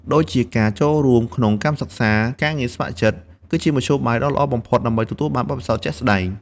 ដូចជាការចូលរួមក្នុងកម្មសិក្សា ឬការងារស្ម័គ្រចិត្ត គឺជាមធ្យោបាយដ៏ល្អបំផុតដើម្បីទទួលបានបទពិសោធន៍ជាក់ស្តែង។